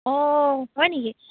অঁ হয় নেকি